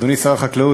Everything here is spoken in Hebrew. אדוני שר החקלאות,